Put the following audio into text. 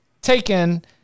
taken